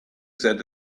that